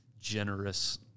generous